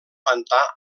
pantà